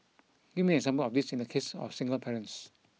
give me an example of this in the case of single parents